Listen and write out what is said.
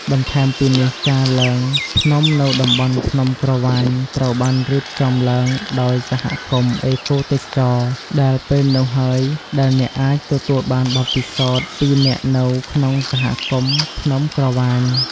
បន្ថែមពីនេះការឡើងភ្នំនៅតំបន់ភ្នំក្រវាញត្រូវបានរៀបចំឡើងដោយសហគមន៍អេកូទេសចរ ដែលពេលនោះហើយដែលអ្នកអាចទទួលបានបទពិសោធន៍ពីអ្នកនៅក្នុងសហគមន៍ភ្នំក្រវាញ។